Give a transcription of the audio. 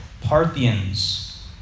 Parthians